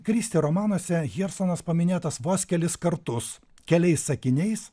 kristi romanuose hjersonas paminėtas vos kelis kartus keliais sakiniais